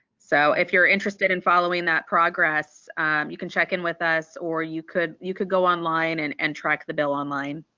so if you're interested in following that progress you can check in with us or you could you could go online and and track the bill online.